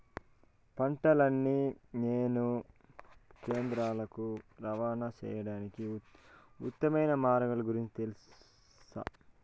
పంటలని కొనే కేంద్రాలు కు రవాణా సేయడానికి ఉత్తమమైన మార్గాల గురించి తెలుసా?